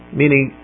meaning